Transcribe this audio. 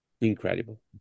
Incredible